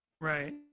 right